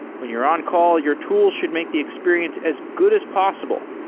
when you're on-call, your tool should make the experience as good as possible,